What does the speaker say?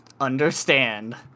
understand